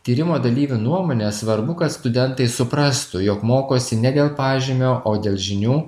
tyrimo dalyvių nuomone svarbu kad studentai suprastų jog mokosi ne dėl pažymio o dėl žinių